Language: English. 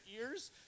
ears